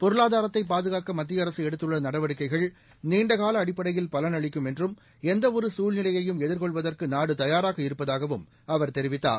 பொருளாதாரத்தை பாதுகாக்க மத்திய அரசு எடுத்துள்ள நடவடிக்கைகள் நீண்டகால அடிப்படையில் பலன் அளிக்கும் என்றும்எந்தவொரு சூழ்நிலையையும் எதிர்கொள்வதற்கு நாடு தயாராக இருப்பதாகவும் அவர் தெரிவித்தார்